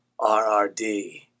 rrd